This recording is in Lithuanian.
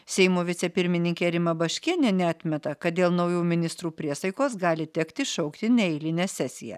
seimo vicepirmininkė rima baškienė neatmeta kad dėl naujų ministrų priesaikos gali tekti šaukti neeilinę sesiją